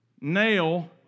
Nail